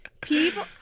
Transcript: people